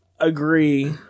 agree